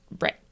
Right